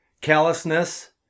callousness